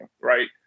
right